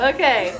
Okay